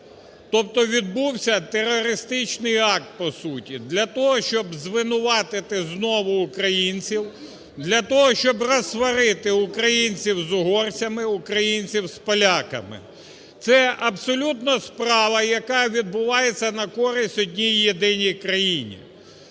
Тобто відбувся терористичний акт по суті для того, щоб звинуватити знову українців, для того, щоб розсварити українців з угорцями, українців з поляками. Це абсолютна справа, яка відбувається на користь одній-єдиній країні.